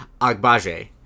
Agbaje